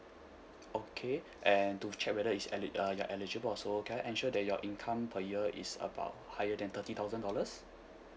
okay and to check whether is eli~ uh you're eligible also can I ensure that your income per year is about higher than thirty thousand dollars